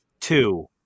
Two